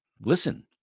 listen